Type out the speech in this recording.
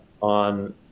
on